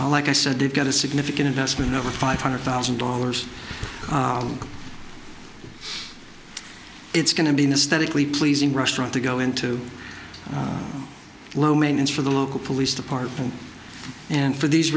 like i said they've got a significant investment over five hundred thousand dollars it's going to be in a statically pleasing restaurant to go into low maintenance for the local police department and for these